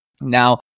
Now